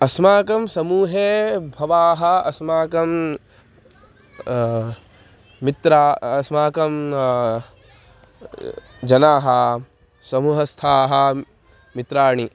अस्माकं समूहे भवाः अस्माकं मित्राः अस्माकं जनाः समूहस्थाः मित्राणि